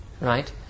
right